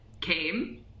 came